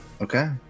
Okay